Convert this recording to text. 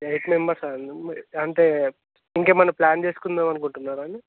eight మెంబర్సా అండి అంటే ఇంకా ఏమన్నా ప్లాన్ చేసుకుందాం అనుకుంటున్నారా అండి